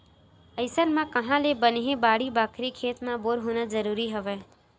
अइसन म काँहा ले बनही बाड़ी बखरी, खेत म बोर होना जरुरीच हवय